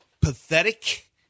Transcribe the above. pathetic